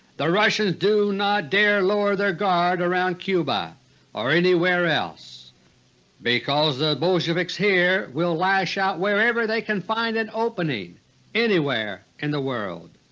the russians do not dare lower their guard around cuba or anywhere else because the bolsheviks here will lash out wherever they can find an opening anywhere in the world.